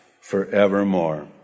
forevermore